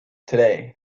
today